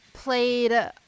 played